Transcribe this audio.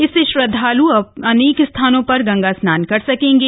इससे श्रद्धाल् अनेक स्थानों पर गंगा स्नान कर सकेंगे